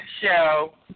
show